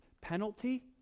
penalty